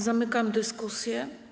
Zamykam dyskusję.